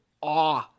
awe